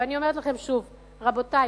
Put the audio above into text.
ואני אומרת לכם שוב, רבותי,